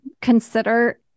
consider